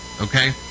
okay